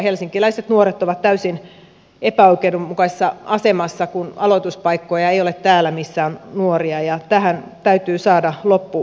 helsinkiläiset nuoret ovat täysin epäoikeudenmukaisessa asemassa kun aloituspaikkoja ei ole täällä missä on nuoria ja tähän täytyy saada loppurutistus